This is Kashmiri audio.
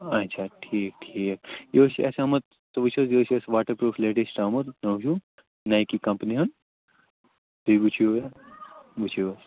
اَچھا ٹھیٖک ٹھیٖک یُہُس چھُ اَسہِ آمُت تُہۍ وٕچھُو حظ یہِ حظ چھُ اَسہِ واٹر پریوٗف لیٹیٚشٹ آمُت نو ہیُو نیکی کمپٔنی ہُنٛد تُہۍ وٕچھُو یہِ وٕچھُو حظ